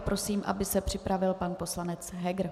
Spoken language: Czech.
Prosím, aby se připravil pan poslanec Heger.